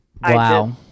Wow